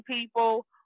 people